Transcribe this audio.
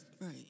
Right